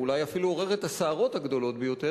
ואולי אפילו עורר את הסערות הגדולות ביותר,